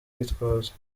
gitwaza